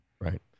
right